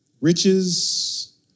Riches